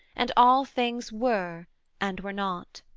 and all things were and were not.